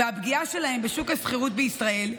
והפגיעה שלהם בשוק השכירות בישראל.